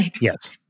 Yes